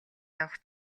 явах